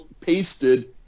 pasted